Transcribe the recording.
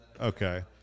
okay